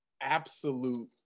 absolute